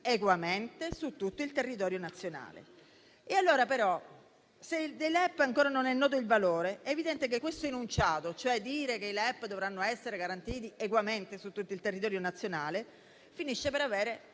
è evidente che questo enunciato - ossia che dovranno essere garantiti equamente su tutto il territorio nazionale - finisce per avere un valore